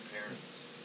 parents